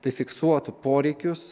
tai fiksuotų poreikius